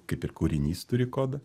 kaip ir kūrinys turi kodą